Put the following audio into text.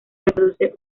reproduce